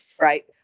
right